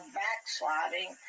backsliding